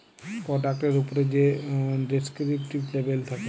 পরডাক্টের উপ্রে যে ডেসকিরিপ্টিভ লেবেল থ্যাকে